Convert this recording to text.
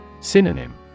Synonym